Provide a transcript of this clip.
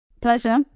Pleasure